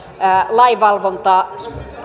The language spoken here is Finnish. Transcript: lainvalvonnan